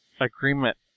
agreement